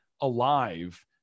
alive